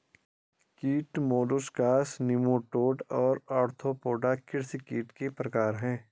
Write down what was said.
कीट molluscs nematode और arthropoda कृषि कीट के प्रकार हैं